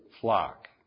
flock